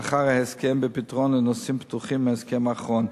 אחר ההסכם, בפתרון לנושאים פתוחים מההסכם האחרון.